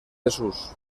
desús